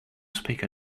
speak